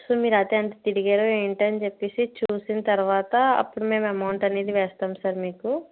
so మీరు అటు ఎంత తిరిగారు ఏంటా చెప్పేసి చూసిన తర్వాత అప్పుడు మేము అమౌంట్ అనేది వేస్తాం సర్ మీకు